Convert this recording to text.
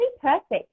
perfect